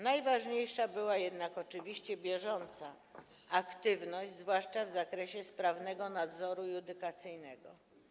Najważniejsza była jednak oczywiście bieżąca aktywność, zwłaszcza w zakresie sprawnego nadzoru judykacyjnego.